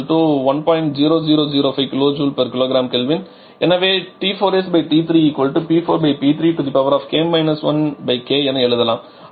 0005 kJ kgK எனவே T4sT3P4P3k 1k என எழுதலாம்